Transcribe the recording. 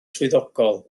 swyddogol